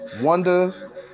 Wonders